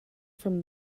from